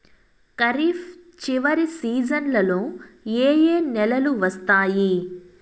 ఖరీఫ్ చివరి సీజన్లలో ఏ ఏ నెలలు వస్తాయి